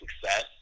success